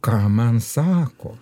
ką man sako